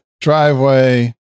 driveway